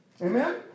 Amen